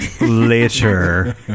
later